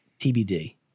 TBD